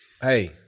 Hey